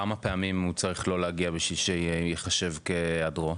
כמה פעמים הוא צריך לא להגיע בשביל שייחשב כהעדרו?